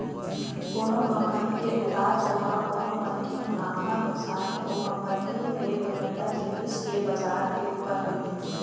कोनो कंपनी के उतार चढ़ाव कोनो मनखे के मुनाफा नुकसानी ओ कंपनी ले बनइया जिनिस के बजार के ऊपर रहिथे